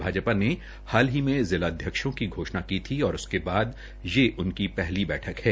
भाजपा ने हाल ही में जिलाध्यक्षों के घोषणा की थी और उसके बाद ये उनकी पहली बैठक है